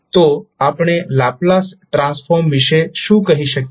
તો આપણે Laplace transform વિશે શું કહી શકીએ